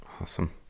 awesome